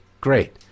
great